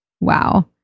Wow